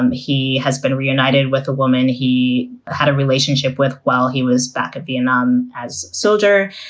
um he has been reunited with a woman he had a relationship with while he was back at vietnam as soldier.